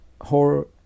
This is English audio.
horror